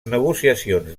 negociacions